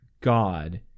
God